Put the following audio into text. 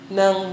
ng